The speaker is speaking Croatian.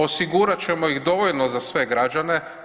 Osigurat ćemo ih dovoljno za sve građane.